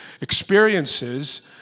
experiences